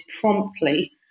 promptly